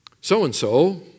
So-and-so